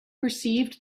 perceived